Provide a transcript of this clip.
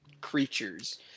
creatures